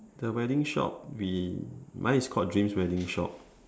the wedding shop we mine is called dreams wedding shop